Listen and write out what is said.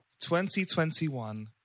2021